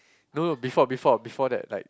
no no before before before that like